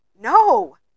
no